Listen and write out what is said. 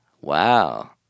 Wow